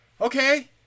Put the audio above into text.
Okay